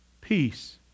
Peace